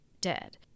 dead